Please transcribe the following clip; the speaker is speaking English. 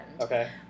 okay